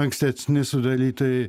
ankstesni sudarytojai